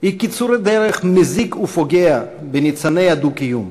הם קיצור דרך מזיק ופוגע בניצני הדו-קיום,